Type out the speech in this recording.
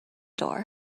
door